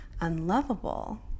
unlovable